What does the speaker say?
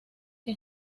que